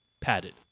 padded